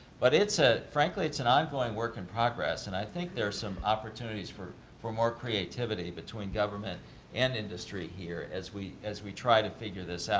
but it's, ah frankly it's an ongoing work in progress. and i think there's some opportunities for for more creativity between government and industry here as we as we try to figure this out.